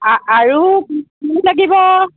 আ আৰু লাগিব